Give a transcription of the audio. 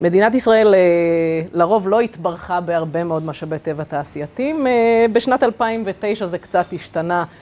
מדינת ישראל לרוב לא התברכה בהרבה מאוד משאבי טבע תעשייתים, בשנת 2009 זה קצת השתנה.